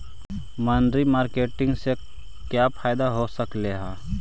मनरी मारकेटिग से क्या फायदा हो सकेली?